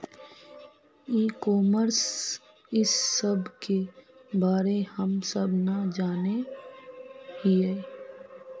ई commerce इस सब के बारे हम सब ना जाने हीये?